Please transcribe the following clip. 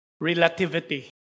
relativity